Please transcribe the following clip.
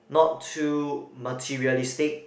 not too materialistic